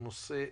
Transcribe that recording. זהו נושא ליבה.